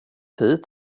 hit